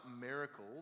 miracle